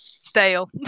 stale